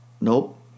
Nope